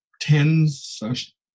tens